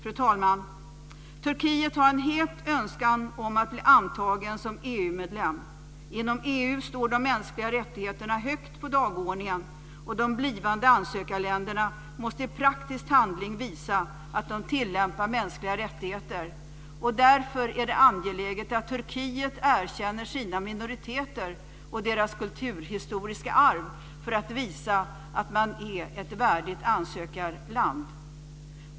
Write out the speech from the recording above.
Fru talman! Turkiet har en het önskan om att bli antaget som EU-medlem. Inom EU står de mänskliga rättigheterna högt på dagordningen, och de blivande ansökarländerna måste i praktisk handling visa att de tillämpar mänskliga rättigheter. Därför är det angeläget att Turkiet erkänner sina minoriteter och deras kulturhistoriska arv för att visa att landet är ett värdigt ansökarland.